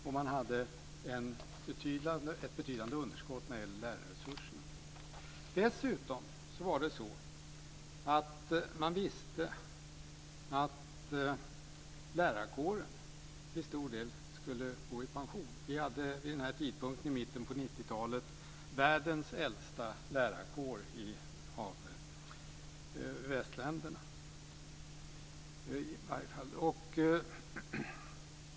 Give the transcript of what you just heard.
Och man hade ett betydande underskott när det gällde lärarresurserna. Dessutom visste man att lärarkåren till stor del skulle gå i pension. I mitten av 1990-talet hade vi den äldsta lärarkåren i världen om vi ser till västländerna.